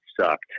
sucked